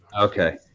Okay